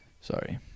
Sorry